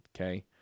okay